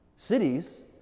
Cities